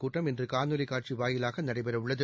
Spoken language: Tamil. கூட்டம் இன்று காணொளி காட்சி வாயிலாக நடைபெற உள்ளது